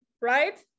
Right